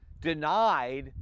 denied